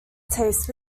taste